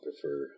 prefer